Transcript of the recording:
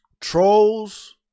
trolls